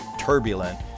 turbulent